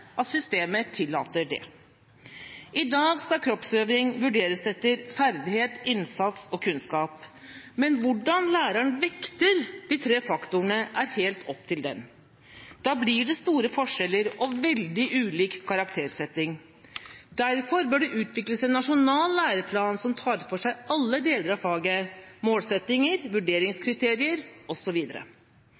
at systemet tillater det. I dag skal kroppsøving vurderes etter ferdighet, innsats og kunnskap, men hvordan lærerne vekter de tre faktorene er helt opp til dem. Da blir det store forskjeller og veldig ulik karaktersetting. Derfor bør det utvikles en nasjonal læreplan som tar for seg alle deler av faget – målsettinger, vurderingskriterier